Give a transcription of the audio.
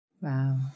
Wow